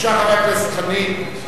חבר הכנסת חנין,